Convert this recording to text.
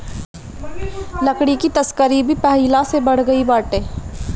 लकड़ी के तस्करी भी पहिले से बढ़ गइल बाटे